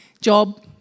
job